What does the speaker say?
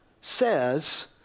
says